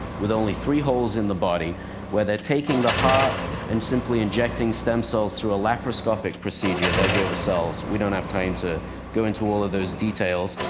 with only three holes in the body where they're taking the heart and simply injecting stem cells through a laparoscopic procedure. there go the cells. we don't have time to go into all of those details,